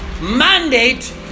mandate